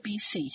BC